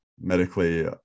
medically